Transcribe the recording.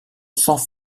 sans